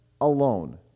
alone